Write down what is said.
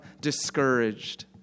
discouraged